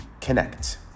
connect